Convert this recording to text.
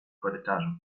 korytarzu